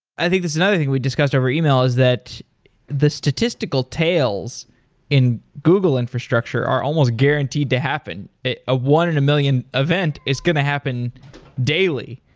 i think there's another thing we discussed over email is that the statistical tales in google infrastructure are almost guaranteed to happen. a a one in a million event is going to happen daily.